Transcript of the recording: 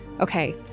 Okay